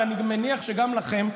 ואני מניח שגם לכם,